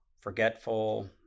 forgetful